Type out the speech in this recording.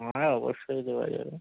ও হ্যাঁ অবশ্যই দেওয়া যাবে